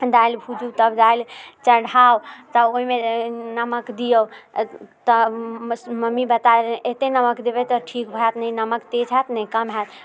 दालि भूजू तब दालि चढ़ाउ तब ओहिमे नमक दियौ तब मम्मी बता एते नमक देबै तऽ ठीक होयत नहि नमक तेज होयत नहि कम होयत